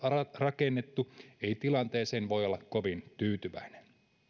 rakennettu ei tilanteeseen voi olla kovin tyytyväinen